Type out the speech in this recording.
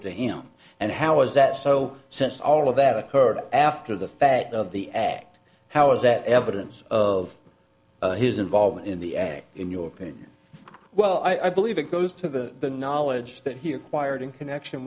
to him and how is that so since all of that occurred after the fact of the act how is that evidence of his involvement in the act in your opinion well i believe it goes to the knowledge that he acquired in connection